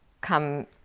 come